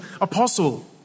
apostle